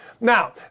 Now